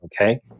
okay